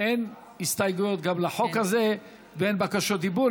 אין הסתייגויות גם לחוק הזה ואין בקשות דיבור.